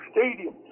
Stadium